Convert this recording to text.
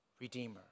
redeemer